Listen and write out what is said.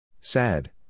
Sad